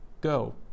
Go